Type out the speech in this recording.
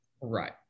Right